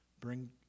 Bring